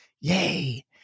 yay